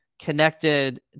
connected